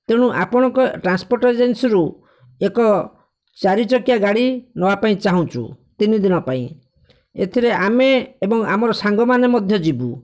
ତେଣୁ ଆପଣଙ୍କ ଟ୍ରାନ୍ସପୋର୍ଟ ଏଜେନ୍ସିରୁ ଏକ ଚାରି ଚକିଆ ଗାଡ଼ି ନେବା ପାଇଁ ଚାହୁଁଛୁ ତିନି ଦିନ ପାଇଁ ଏଥିରେ ଆମେ ଏବଂ ଆମର ସାଙ୍ଗମାନେ ମଧ୍ୟ ଯିବୁ